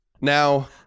Now